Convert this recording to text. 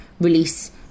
release